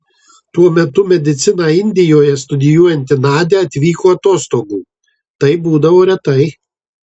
tuo metu mediciną indijoje studijuojanti nadia atvyko atostogų tai būdavo retai